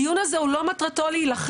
הדיון הזה הוא לא מטרתו להילחם,